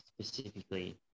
specifically